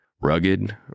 rugged